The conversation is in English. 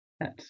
Yes